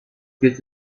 geht